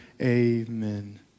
amen